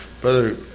brother